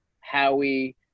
Howie